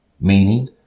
meaning